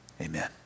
Amen